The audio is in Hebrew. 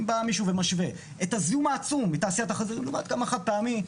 אם בא מישהו ומשווה את הזיהום העצום בתעשיית החזירים לעומת החד פעמי,